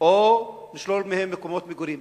או נשלול מהם מקומות מגורים.